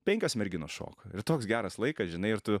penkios merginos šoko ir toks geras laikas žinai ir tu